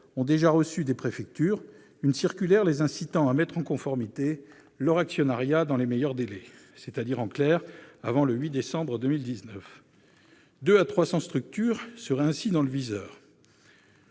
ont déjà reçu des préfectures une circulaire les incitant à mettre en conformité leur actionnariat dans les meilleurs délais, soit avant le 8 décembre 2019. Ainsi 200 à 300 structures seraient-elles dans le viseur.